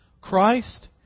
Christ